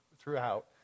throughout